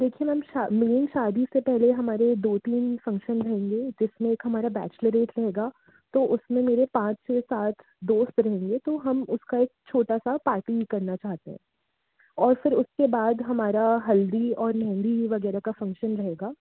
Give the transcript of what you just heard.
देखिए मैम मेरी शादी से पहले हमारे दो तीन फंक्शन रहेंगे जिसमें एक हमारा बैचलरेट रहेगा तो उसमें मेरे पाँच से सात दोस्त रहेंगे तो हम उसका एक छोटा सा पार्टिंग करना चाहते हैं और फिर उसके बाद हमारा हल्दी और मेंहदी वगैरह का फंक्शन रहेगा